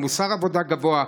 עם מוסר עבודה גבוה.